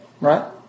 Right